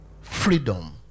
freedom